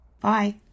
Bye